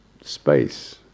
space